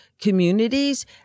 communities